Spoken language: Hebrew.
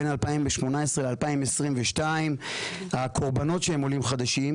בין 2018 ל-2022 הקורבנות שהם עולים חדשים,